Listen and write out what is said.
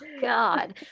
God